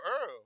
Earl